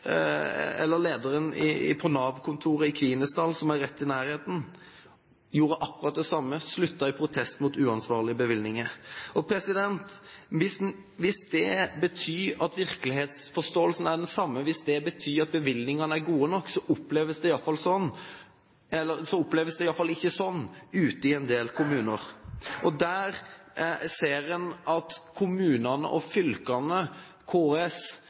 Lederen på Nav-kontoret i Kvinesdal, som er rett i nærheten, gjorde akkurat det samme, sluttet i protest mot uansvarlige bevilgninger. Hvis det betyr at virkelighetsforståelsen er den samme, hvis det betyr at bevilgningene er gode nok, oppleves det i alle fall ikke sånn ute i en del kommuner. En ser at kommunene, fylkene og KS sier klart og tydelig i brevs form til oss eller til statsråden at en opplever at